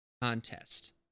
contest